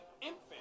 infant